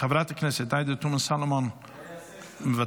חברת הכנסת עאידה תומא סלימאן, מוותרת,